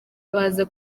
baza